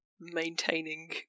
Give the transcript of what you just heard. maintaining